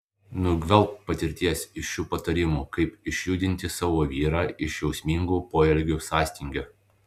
nugvelbk patirties iš šių patarimų kaip išjudinti savo vyrą iš jausmingų poelgių sąstingio